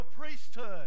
priesthood